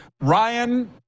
Ryan